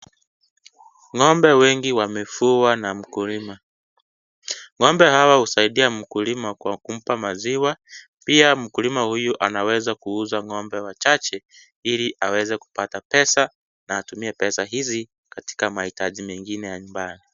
Ng'ombe wengi wamefungwa na mkulima. Ng'ombe hawa husaidia mkulima kwa kumpa maziwa. Pia, mkulima huyu, anaweza kuuza ng'ombe wachache, ili aweze kupata pesa na atumie pesa hizi katika mahitaji mengine ya nyumbani.